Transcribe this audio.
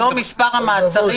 שמדבר על המהות,